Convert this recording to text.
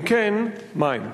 אם כן, מהם?